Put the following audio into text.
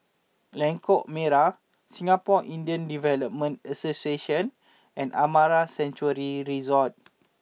Lengkok Merak Singapore Indian Development Association and Amara Sanctuary Resort